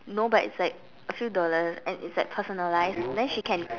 no but it's like a few dollars and it's like personalised then she can